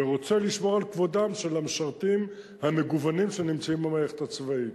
ורוצה לשמור על כבודם של המשרתים המגוונים שנמצאים במערכת הצבאית.